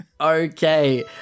Okay